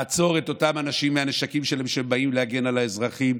לעצור את אותם אנשים עם הנשקים שלהם שבאים להגן על האזרחים.